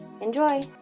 Enjoy